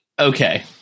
Okay